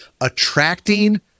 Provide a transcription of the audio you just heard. attracting